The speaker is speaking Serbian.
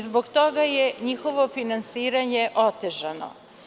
Zbog toga je njihovo finansiranje otežano.